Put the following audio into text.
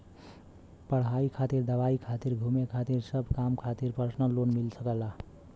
पढ़ाई खातिर दवाई खातिर घुमे खातिर सब काम खातिर परसनल लोन मिल जाला